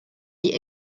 die